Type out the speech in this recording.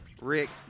Rick